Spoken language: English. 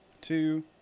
two